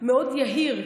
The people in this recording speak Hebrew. מאוד יהיר.